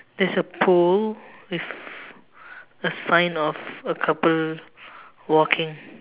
there's a pool with a sign of a couple walking